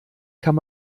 kann